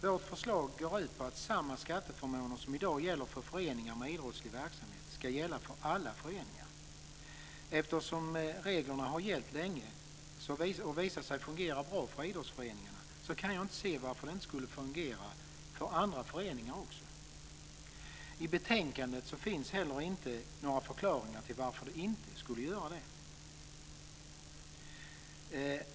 Vårt förslag går ut på att samma skatteförmåner som i dag gäller för föreningar med idrottslig verksamhet ska gälla för alla föreningar. Eftersom reglerna har gällt länge och visat sig fungera bra för idrottsföreningarna kan jag inte se varför de inte skulle fungera bra även för andra föreningar. I betänkandet finns inte heller några förklaringar till varför det inte skulle göra det.